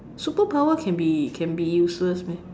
superpower can be can be useless meh